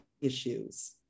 issues